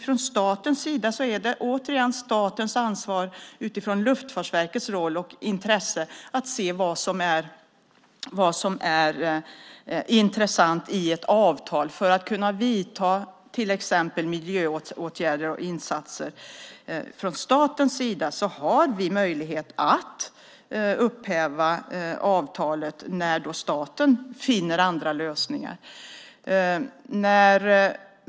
Från statens sida är det återigen ett ansvar utifrån Luftfartsverkets roll och intresse att se vad som är intressant i ett avtal för att kunna vidta till exempel miljöåtgärder och andra insatser. Från statens sida har vi möjlighet att upphäva avtalet när staten finner andra lösningar.